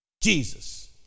Jesus